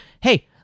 Hey